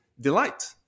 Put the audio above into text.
delight